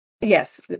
Yes